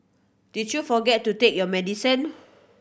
did you forget to take your medicine